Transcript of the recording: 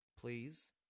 Please